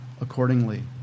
accordingly